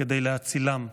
כדי להצילם.